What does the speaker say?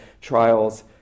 trials